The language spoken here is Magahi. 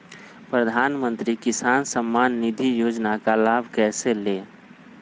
प्रधानमंत्री किसान समान निधि योजना का लाभ कैसे ले?